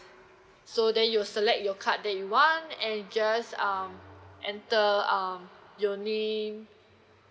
so then you select your card that you want and just um enter um you only